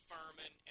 Furman